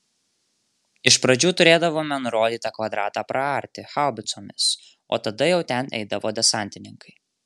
iš pradžių turėdavome nurodytą kvadratą praarti haubicomis o tada jau ten eidavo desantininkai